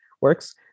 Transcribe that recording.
works